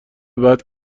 بعد